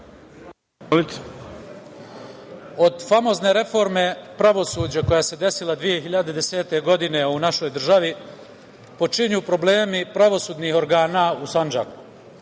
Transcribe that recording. Od famozne reforme pravosuđa koja se desila 2010. godine u našoj državi, počinju problemi pravosudnih organa u Sandžaku. Naime,